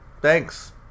Thanks